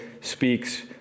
speaks